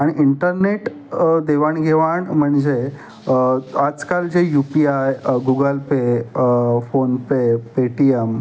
आणि इंटरनेट देवाणघेवाण म्हणजे आजकाल जे U P I Google pay PhonePe Paytm